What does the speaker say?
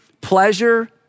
pleasure